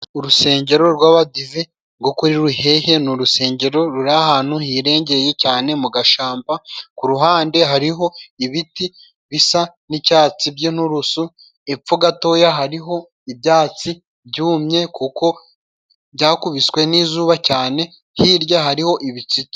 Urusengero rw'abadive rwo kuri Ruhehe ni urusengero ruri ahantu hirengeye cyane mu gashamba, ku ruhande hariho ibiti bisa nicyatsi, by'inturusu, hepfo gatoya hariho ibyatsi byumye kuko byakubiswe nizuba cyane, hirya hariho ibitsitsi.